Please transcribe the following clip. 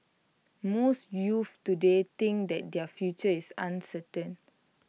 most youths today think that their future is uncertain